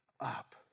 up